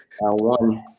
one